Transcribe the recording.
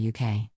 uk